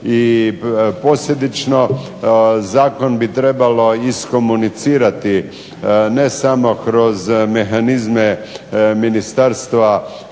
i posljedično Zakon bi trebalo iskomunicirati ne samo kroz mehanizme ministarstva